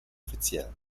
offiziell